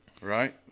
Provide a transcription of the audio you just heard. Right